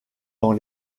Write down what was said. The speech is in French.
dans